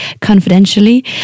confidentially